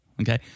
Okay